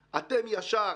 את אומרת כאן,